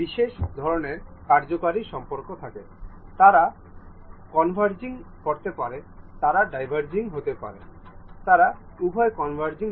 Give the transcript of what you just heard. বর্তমানে এটি মাত্র ৫ সেকেন্ড